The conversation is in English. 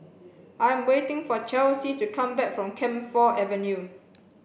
I am waiting for Chelsey to come back from Camphor Avenue